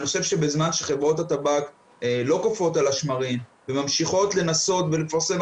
חושב שבזמן שחברות הטבק לא קופאות על השמרים וממשיכות לנסות ולפרסם,